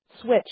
switch